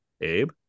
Abe